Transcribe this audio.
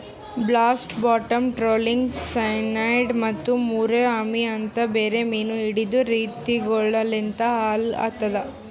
blast, bottom trawling, cyanide ಮತ್ತ ಮುರೋ ಅಮಿ ಅಂತ್ ಬೇರೆ ಮೀನು ಹಿಡೆದ್ ರೀತಿಗೊಳು ಲಿಂತ್ ಹಾಳ್ ಆತುದ್